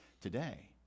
today